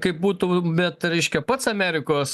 kaip būtumėt reiškia pats amerikos